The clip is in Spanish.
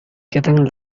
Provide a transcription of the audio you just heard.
quedan